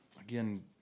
again